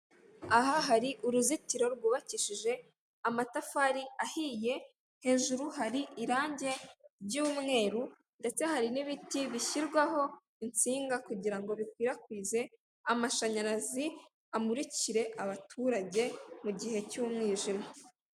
Aha hari uruzitiro rwubakishije amatafari ahiye, hejuru hari irange ry'umweru ndetse hari n'ibiti bishyirwaho insinga kugira ngo bikwirakwize amashanyarazi, amurikire abaturage mu gihe cy'umwijima.